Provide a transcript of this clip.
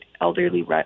elderly